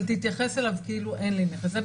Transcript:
אבל תתייחס אליי כאילו אין לי נכס.